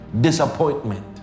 disappointment